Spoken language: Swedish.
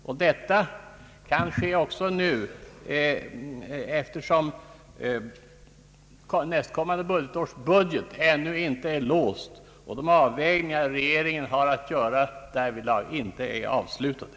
Jag gör det också nu eftersom nästkommande års budgetförslag ännu inte är låst och de avvägningar regeringen har att göra därvidlag ännu inte är avslutade.